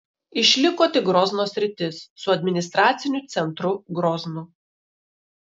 išliko tik grozno sritis su administraciniu centru groznu